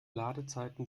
ladezeiten